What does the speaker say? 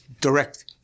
direct